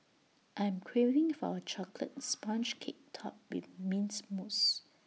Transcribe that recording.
I am craving for A Chocolate Sponge Cake Topped with Mint Mousse